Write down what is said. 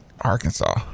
Arkansas